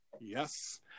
yes